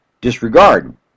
disregard